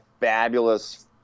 fabulous